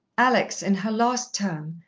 alex, in her last term,